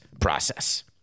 process